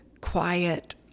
quiet